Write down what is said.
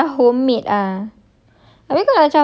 itu kalau macam homemade ah